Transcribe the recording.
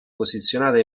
posizionata